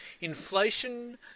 inflation